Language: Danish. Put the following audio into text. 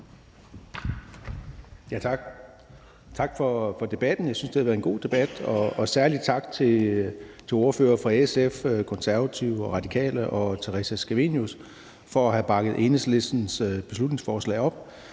tak for debatten. Jeg synes, det har været en god debat, og særlig tak til ordførerne fra SF, Konservative og Radikale og Theresa Scavenius for at have bakket Enhedslistens beslutningsforslag op.